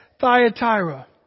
Thyatira